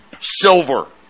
Silver